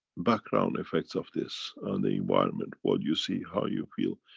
background effects of this on the environment, what you see, how you feel.